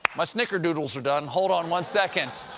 my snickerdoodles are done! hold on one second.